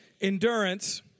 Endurance